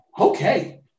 okay